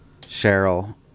Cheryl